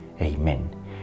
Amen